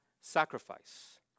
sacrifice